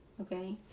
Okay